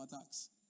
attacks